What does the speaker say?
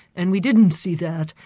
and we didn't see that.